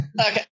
Okay